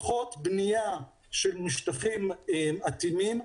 פחות בנייה של משטחים אטימים,